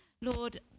Lord